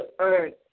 earth